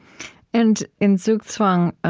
and in zugzwang